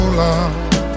love